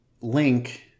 link